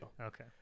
Okay